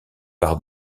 par